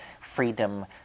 freedom